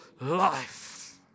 life